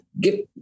give